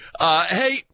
Hey